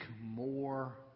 more